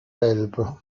elbe